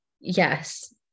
yes